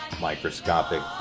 microscopic